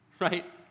right